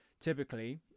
typically